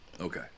Okay